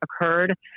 occurred